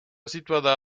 situada